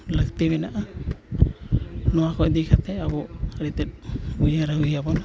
ᱞᱟᱹᱠᱛᱤ ᱢᱮᱱᱟᱜᱼᱟ ᱱᱚᱣᱟ ᱠᱚ ᱤᱫᱤ ᱠᱟᱛᱮ ᱟᱹᱰᱤ ᱛᱮᱫ ᱩᱭᱦᱟᱹᱨ ᱦᱩᱭ ᱟᱵᱚᱱᱟ